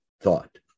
thought